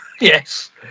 yes